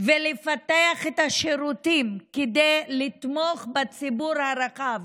ולפתח את השירותים כדי לתמוך בציבור הרחב,